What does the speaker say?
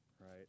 right